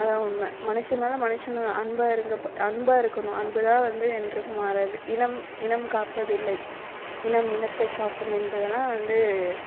அதுதான் உண்மை மனுஷன் மேலே மனுஷங்கள் அன்பாக இருங்க அன்பாக இருக்கணும் அன்புதான் வந்து என்றைக்கும் மாறாது இனம் இனம் காப்பது இல்லை இனம் இனத்தை காக்கும் என்பதெலாம் வந்து